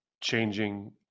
changing